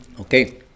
Okay